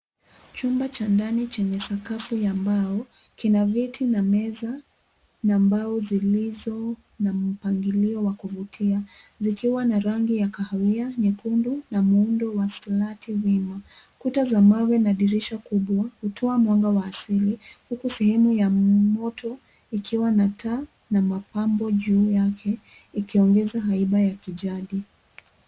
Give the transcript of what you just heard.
Chumba cha ndani chenye sakafu ya mbao. Kina viti na meza na mbao zilizo na mpangilio wa kuvutia, zikiwa na rangi ya kahawia, nyekundu na muundo wa slati wima. Kuta za mawe na dirisha kubwa hutoa mwanga wa asili huku sehemu ya moto ikiwa na taa na mapambo juu yake, ikiongeza haiba ya kijadi.